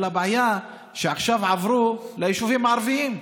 אבל הבעיה היא שעכשיו הם עברו ליישובים הערביים.